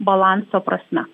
balanso prasme